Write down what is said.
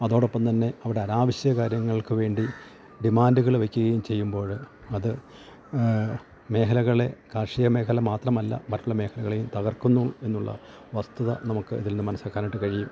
അതോടൊപ്പം തന്നെ അവരുടെ അനാവശ്യ കാര്യങ്ങൾക്ക് വേണ്ടി ഡിമാൻഡുകള് വെക്ക്കയും ചെയ്യുമ്പോഴ് അത് മേഖലകളെ കാർഷിക മേഖല മാത്രമല്ല മറ്റുള്ള മേഖലകളെയും തകർക്കുന്നു എന്നുള്ള വസ്തുത നമുക്ക് ഇതിൽ നിന്ന് മനസ്സിലാക്കാനായിട്ട് കഴിയും